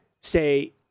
say